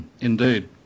indeed